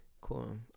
Cool